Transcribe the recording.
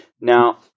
Now